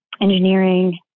engineering